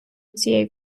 цієї